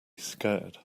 scared